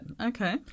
Okay